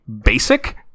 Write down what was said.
basic